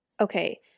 Okay